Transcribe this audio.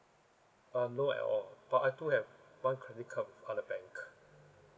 um not at all but I do have one credit card with other bank